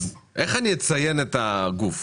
איך אני אציין את הגוף?